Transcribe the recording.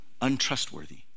untrustworthy